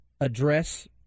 address